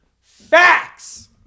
Facts